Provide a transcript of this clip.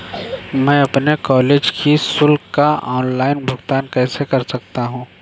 मैं अपने कॉलेज की शुल्क का ऑनलाइन भुगतान कैसे कर सकता हूँ?